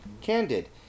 candid